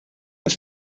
ist